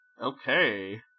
okay